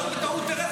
שלא בטעות תרד,